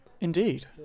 Indeed